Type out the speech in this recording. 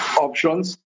options